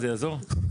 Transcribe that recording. זה יעזור?